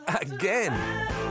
again